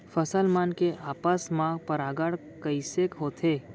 फसल मन के आपस मा परागण कइसे होथे?